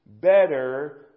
better